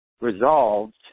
resolved